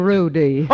Rudy